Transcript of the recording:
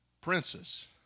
Princess